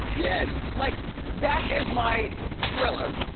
yes. like that is my thriller.